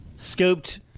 Scooped